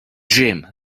gym